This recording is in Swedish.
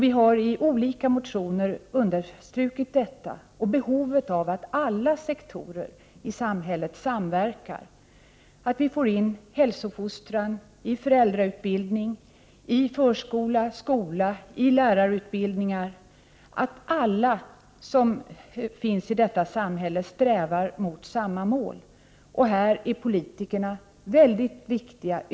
Vi har i olika motioner understrukit behovet av att alla sektorer i samhället samverkar, att vi får in hälsofostran i föräldrautbildning, förskola, skola och i lärarutbildningar, att alla i samhället strävar mot samma mål. Här är politikernas roll väldigt viktig.